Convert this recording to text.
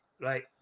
right